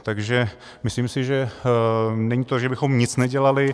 Takže myslím, že to není, že bychom nic nedělali.